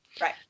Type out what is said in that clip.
right